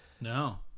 No